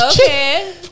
okay